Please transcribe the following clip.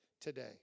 today